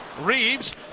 Reeves